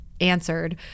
answered